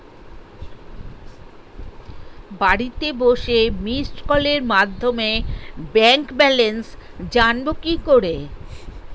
বাড়িতে বসে মিসড্ কলের মাধ্যমে ব্যাংক ব্যালেন্স জানবো কি করে?